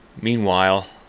meanwhile